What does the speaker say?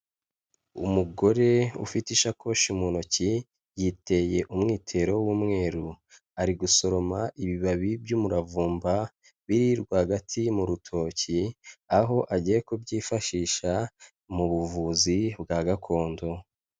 Umugore ufite isakoshi mu ntoki, yiteye umwitero w'umweru, ari gusoroma ibibabi by'umuravumba biri rwagati mu rutoki, aho agiye kubyifashisha mu buvuzi bwa gakondo.